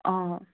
অ